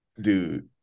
Dude